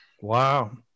Wow